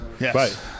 Yes